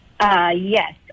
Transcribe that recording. Yes